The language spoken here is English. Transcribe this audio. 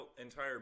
entire